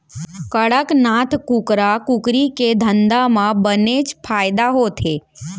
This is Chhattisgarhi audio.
कड़कनाथ कुकरा कुकरी के धंधा म बनेच फायदा होथे